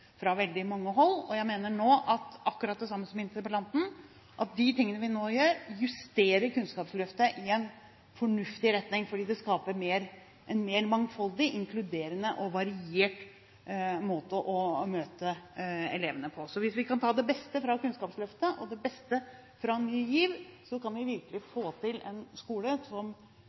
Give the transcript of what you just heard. fra veldig mange hold. Jeg mener nå, akkurat det samme som interpellanten, at de tingene vi nå gjør, justerer Kunnskapsløftet i en fornuftig retning, fordi det skaper en mer mangfoldig, inkluderende og variert måte å møte elevene på. Så hvis vi kan ta det beste fra Kunnskapsløftet og det beste fra Ny GIV, så kan vi virkelig få til en skole som